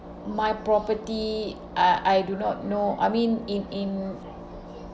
my property I I do not know I mean in in